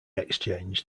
exchange